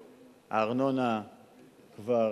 נמצאים, הארנונה כבר